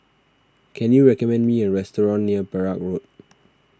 can you recommend me a restaurant near Perak Road